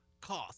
cost